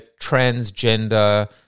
transgender